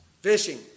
fishing